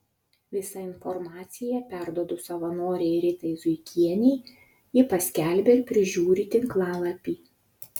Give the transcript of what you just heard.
visą informaciją perduodu savanorei ritai zuikienei ji paskelbia ir prižiūri tinklalapį